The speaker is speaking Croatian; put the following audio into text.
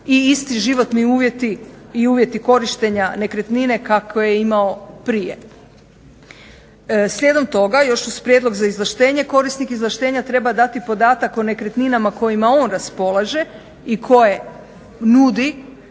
i isti životni uvjeti i uvjeti korištenja nekretnine kakve je imao prije. Slijedom toga još uz prijedlog za izvlaštenje korisnik izvlaštenja treba dati podatak o nekretninama kojima on raspolaže i koje nudi